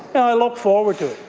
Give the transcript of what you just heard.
and i look forward to it.